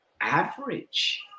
average